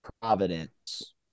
Providence